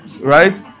Right